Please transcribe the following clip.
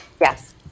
Yes